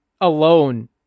alone